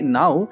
now